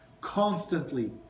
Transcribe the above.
constantly